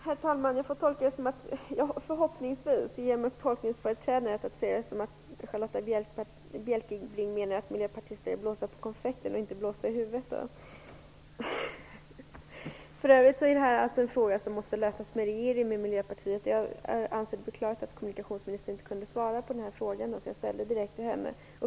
Herr talman! Jag får väl ge mig tolkningsföreträde och säga att Charlotta Bjälkebring menar att miljöpartisterna är blåsta på konfekten och inte blåsta i huvudet. Det här är en fråga som måste lösas med regeringen. Jag anser det beklagligt att kommunikationsministern inte kunde svara på frågan, som jag ställde direkt till henne.